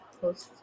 post